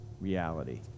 reality